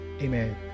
amen